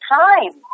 time